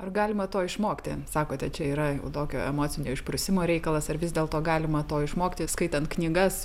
ar galima to išmokti sakote čia yra jau tokio emocinio išprusimo reikalas ar vis dėlto galima to išmokti skaitant knygas